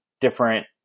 different